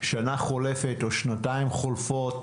שנה חולפת או שנתיים חולפות,